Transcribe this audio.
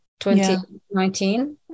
2019